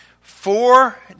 Four